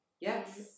Yes